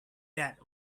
death